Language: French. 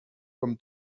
comme